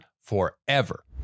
forever